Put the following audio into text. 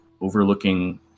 overlooking